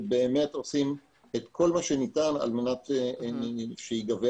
עושים באמת את כל שניתן על מנת שייגבה